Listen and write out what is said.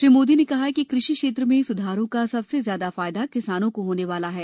श्री मोदी ने कहा कि कृषि क्षेत्र में स्धारों का सबसे ज्यादा फायदा किसानों को होने वाला है